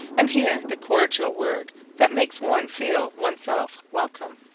and hear the cordial word that makes one feel oneself welcome.